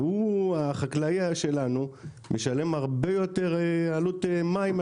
החקלאי שלנו משלם הרבה יותר עלות מים,